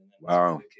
Wow